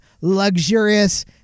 luxurious